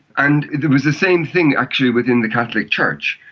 and it was the same thing, actually, within the catholic church.